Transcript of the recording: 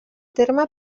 terme